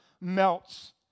melts